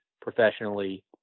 professionally